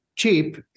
cheap